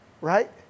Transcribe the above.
right